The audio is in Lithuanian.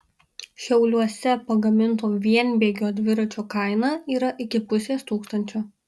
šiauliuose pagaminto vienbėgio dviračio kaina yra iki pusės tūkstančio